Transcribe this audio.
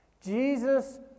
jesus